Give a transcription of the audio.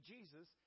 Jesus